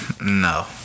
No